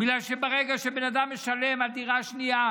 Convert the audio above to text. בגלל שברגע שבן אדם משלם על הדירה השנייה